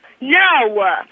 No